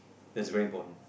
that's very important